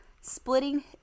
splitting